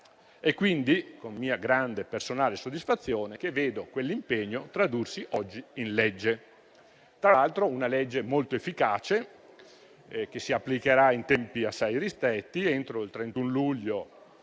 È quindi con mia grande personale soddisfazione che vedo quell'impegno tradursi oggi in legge. Tra l'altro, è una legge molto efficace che si applicherà in tempi assai ristretti: entro il 31 luglio